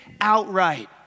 outright